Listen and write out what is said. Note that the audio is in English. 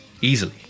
Easily